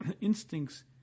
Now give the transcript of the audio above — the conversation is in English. instincts